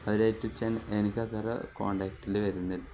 അവരുമായിട്ട് എനിക്ക് അത്ര കോൺടാക്റ്റിൽ വരുന്നില്ല